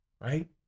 right